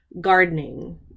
gardening